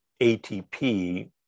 ATP